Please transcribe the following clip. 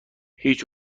هیچ